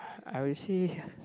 I will say